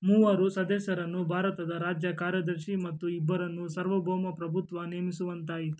ಮೂವರು ಸದಸ್ಯರನ್ನು ಭಾರತದ ರಾಜ್ಯ ಕಾರ್ಯದರ್ಶಿ ಮತ್ತು ಇಬ್ಬರನ್ನು ಸಾರ್ವಭೌಮ ಪ್ರಭುತ್ವ ನೇಮಿಸುವಂತಾಯಿತು